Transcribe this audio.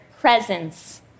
presence